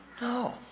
No